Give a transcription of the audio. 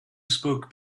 spoke